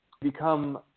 become